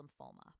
lymphoma